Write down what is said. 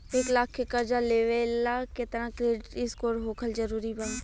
एक लाख के कर्जा लेवेला केतना क्रेडिट स्कोर होखल् जरूरी बा?